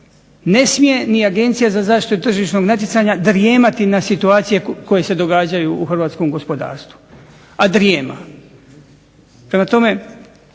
Ne smije niti Agencija za zaštitu tržišnih natjecanja drijemati na situacije koje se događaju u Hrvatskom gospodarstvu, a drijema. Prema tome,